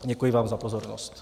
Děkuji vám za pozornost.